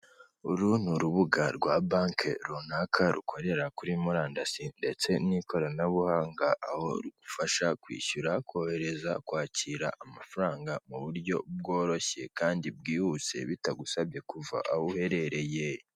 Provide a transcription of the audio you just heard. Uru ni urubuga rwa banki runaka rukorera kuri murandasi ndetse n'ikoranabuhanga, aho rugufasha kwishyura, kohereza, kwakira amafaranga mu buryo bworoshye kandi bwihuse bitagusabye kuva aho uherereye.